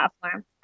platform